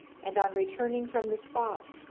and on returning from the spot,